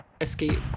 escape